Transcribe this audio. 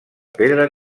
pedra